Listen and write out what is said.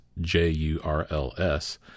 j-u-r-l-s